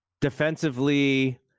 defensively